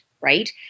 right